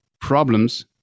problems